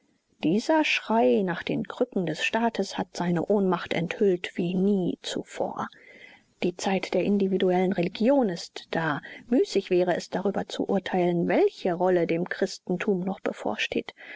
dieser schrei nach den krücken des staates hat seine ohnmacht enthüllt wie nie zuvor die zeit der individuellen religion ist da müßig wäre es darüber zu urteilen welche rolle dem christentum noch bevorsteht